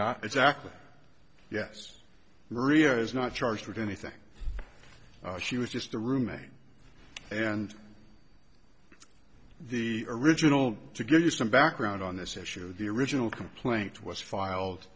not exactly yes maria is not charged with anything she was just the roommate and the original to give you some background on this issue the original complaint was file